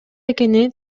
экени